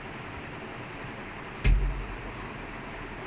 no I saw the the form they send right